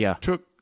took